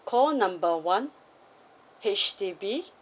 call number one H_D_B